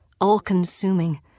all-consuming